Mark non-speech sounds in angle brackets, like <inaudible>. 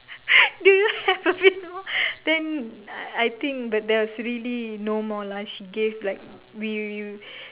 <laughs> do you have a bit more then I think but there was really no more lah she gave like we